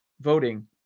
voting